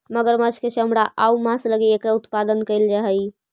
मगरमच्छ के चमड़ा आउ मांस लगी एकरा उत्पादन कैल जा हइ